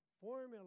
formula